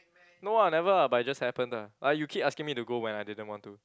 no ah never ah but it just happened lah like you keep asking me to go when I didn't want to